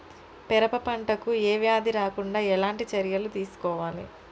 పెరప పంట కు ఏ వ్యాధి రాకుండా ఎలాంటి చర్యలు తీసుకోవాలి?